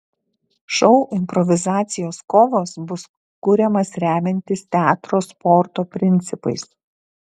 šou improvizacijos kovos bus kuriamas remiantis teatro sporto principais